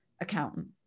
accountant